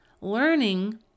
learning